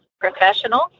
professionals